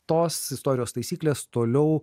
tos istorijos taisyklės toliau